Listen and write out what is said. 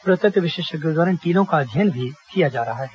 पुरातत्व विशेषज्ञों द्वारा इन टीलों का अध्ययन भी किया जा रहा है